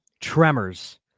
Tremors